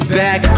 back